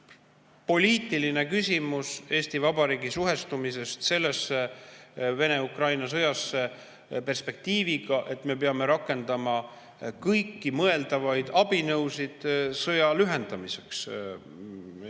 poliitiline küsimus Eesti Vabariigi suhestumisest Vene-Ukraina sõjasse perspektiiviga, et me peame rakendama kõiki mõeldavaid abinõusid sõja lühendamiseks. Ja see